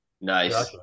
nice